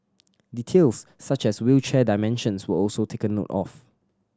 details such as wheelchair dimensions were also taken note of